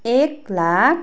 एक लाख